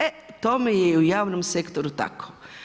E tome je i u javnom sektoru tako.